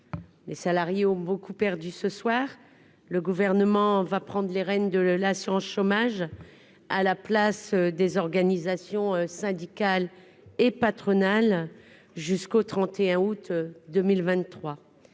Les salariés ont beaucoup perdu ce soir. Le Gouvernement prendra les rênes de l'assurance chômage, à la place des organisations syndicales et patronales, jusqu'au 31 août 2023.